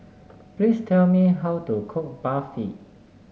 please tell me how to cook Barfi